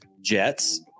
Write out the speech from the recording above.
jets